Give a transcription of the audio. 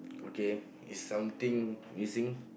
okay is something using